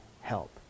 help